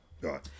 Right